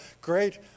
great